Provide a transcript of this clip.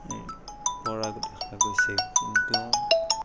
পৰা দেখা গৈছে কিন্তু